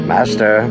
Master